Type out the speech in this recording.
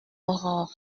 aurore